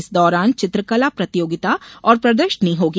इस दौरान चित्रकला प्रतियोगिता और प्रदर्शनी होगी